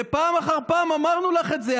ופעם אחר פעם אמרנו לך את זה,